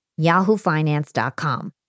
yahoofinance.com